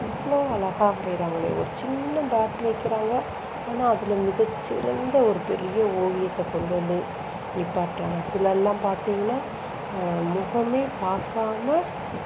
எவ்வளோ அழகாக வரைகிறாங்களே ஒரு சின்ன டாட் வைக்கிறாங்க ஆனால் அதில் மிகச்சிறந்த ஒரு பெரிய ஓவியத்தை கொண்டு வந்து நிப்பாட்டுகிறாங்க சிலர்லாம் பார்த்தீங்கனா முகமே பார்க்காம